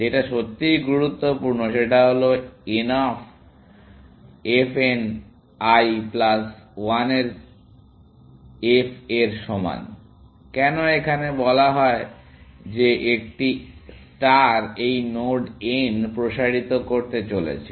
যেটা সত্যিই গুরুত্বপূর্ণ সেটা হলো n of f n l plus 1 এর f এর সমান কেন এখানে বলা হয় যে একটি ষ্টার এই নোড n প্রসারিত করতে চলেছে